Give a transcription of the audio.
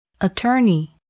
Attorney